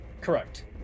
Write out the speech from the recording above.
Correct